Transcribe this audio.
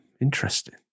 interesting